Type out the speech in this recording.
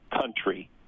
country